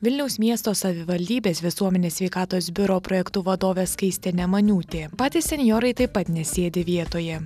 vilniaus miesto savivaldybės visuomenės sveikatos biuro projektų vadovė skaistė nemaniūtė patys senjorai taip pat nesėdi vietoje